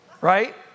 right